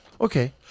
Okay